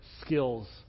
skills